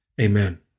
Amen